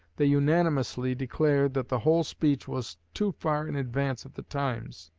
they unanimously declared that the whole speech was too far in advance of the times.